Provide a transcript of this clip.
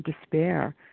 despair